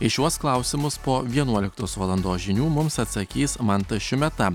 į šiuos klausimus po vienuoliktos valandos žinių mums atsakys mantas šiumeta